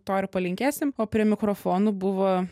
to ir palinkėsim o prie mikrofonų buvo